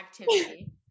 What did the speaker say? activity